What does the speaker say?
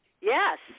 Yes